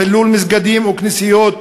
חילול מסגדים וכנסיות,